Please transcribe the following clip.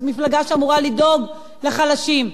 מפלגה שאמורה לדאוג לחלשים.